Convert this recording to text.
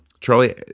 Charlie